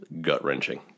gut-wrenching